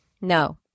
No